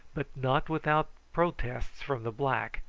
but not without protests from the black,